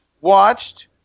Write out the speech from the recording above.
watched